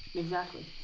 exactly.